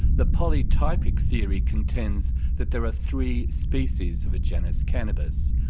the polytypic theory contends that there are three species of the genus cannabis,